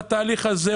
בתהליך הזה,